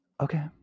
Okay